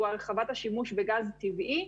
הוא: "הרחבת השימוש בגז טבעי".